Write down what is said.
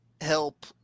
help